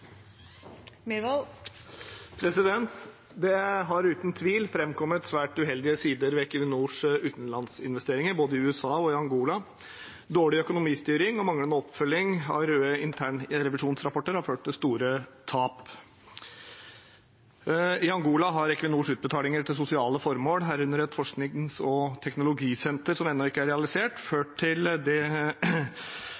Det har uten tvil framkommet svært uheldige sider ved Equinors utenlandsinvesteringer, både i USA og i Angola. Dårlig økonomistyring og manglende oppfølging av røde internrevisjonsrapporter har ført til store tap. I Angola har Equinors utbetalinger til sosiale formål, herunder et forsknings- og teknologisenter som ennå ikke er realisert,